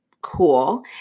cool